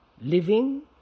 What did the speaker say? Living